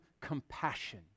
compassion